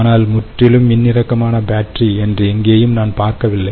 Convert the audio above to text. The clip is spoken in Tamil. ஆனால்முற்றிலும் மின்னிறக்கம் ஆன பேட்டரி என்று எங்கேயும் நான் பார்க்கவில்லை